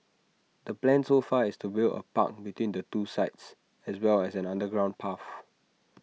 the plan so far is to build A park between the two sites as well as an underground path